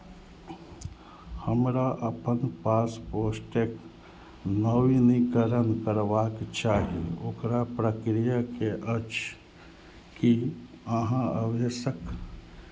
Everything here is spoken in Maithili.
हमरा अपन पासपोर्टक नवीनीकरण करबाक चाही ओकरा प्रक्रिया की अछि की अहाँ आवश्यक